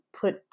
put